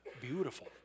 beautiful